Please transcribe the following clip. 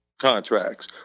contracts